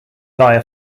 via